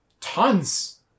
tons